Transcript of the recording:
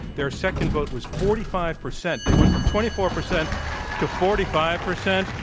their second vote was forty five percent. they went from twenty four percent to forty five percent.